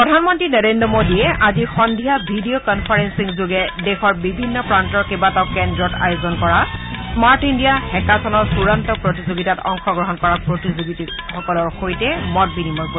প্ৰধানমন্ত্ৰী নৰেদ্ৰ মোদীয়ে আজি সন্ধিয়া ভিডিঅ কনফাৰেলিংযোগে দেশৰ বিভিন্ন প্ৰান্তৰ কেইবাটাও কেন্দ্ৰত আয়োজন কৰা স্মাৰ্ট ইণ্ডিয়া হেকাথনৰ চূড়ান্ত প্ৰতিযোগিতাত অংশগ্ৰহণ কৰা প্ৰতিযোগীসকলৰ সৈতে মত বিনিময় কৰিব